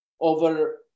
Over